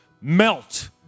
melt